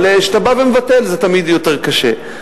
אבל כשאתה מבטל זה תמיד יותר קשה.